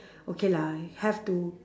okay lah I have to